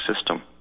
system